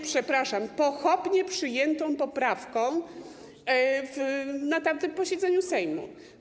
Przepraszam, pochopnie przyjętą poprawką na tamtym posiedzeniu Sejmu.